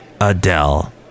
Adele